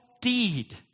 deed